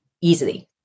easily